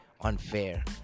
unfair